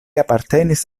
apartenis